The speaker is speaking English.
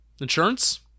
Insurance